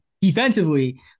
defensively